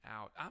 out